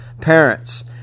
parents